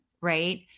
right